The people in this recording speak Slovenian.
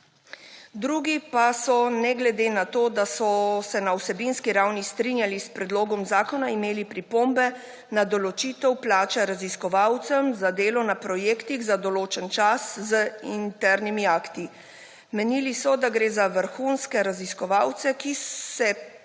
Drugi pa so ne glede na to, da so se na vsebinski ravni strinjali s predlogom zakona, imeli pripombe na določitev plače raziskovalcem za delo na projektih za določen čas z internimi akti. Menili so, da gre za vrhunske raziskovalce, ki se